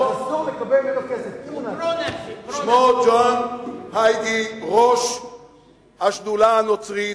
שמו ג'ון הייגי, ראש השדולה הנוצרית,